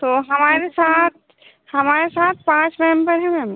तो हमारे साथ हमारे साथ पाँच मेम्बर हैं मैम